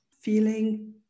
feeling